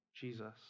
Jesus